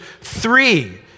three